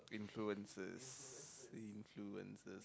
influencers influencers